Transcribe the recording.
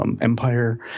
Empire